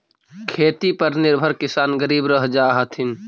खेती पर निर्भर किसान गरीब रह जा हथिन